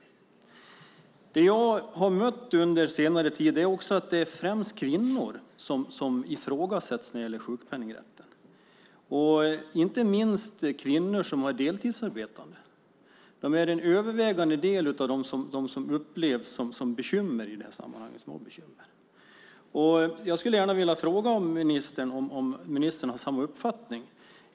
Det jag har mött under senare tid är också att det främst är kvinnor vars rätt till sjukpenning ifrågasätts. Inte minst gäller det kvinnor som är deltidsarbetande. De är en övervägande del av dem som upplever bekymmer i det här sammanhanget. Jag skulle gärna vilja fråga om ministern har samma uppfattning.